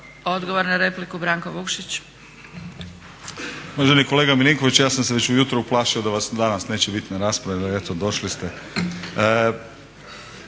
Branko (Nezavisni)** Poštovani kolega Milinkoviću ja sam se već ujutro uplašio da vas danas neće biti na raspravi ali eto došli ste.